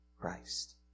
Christ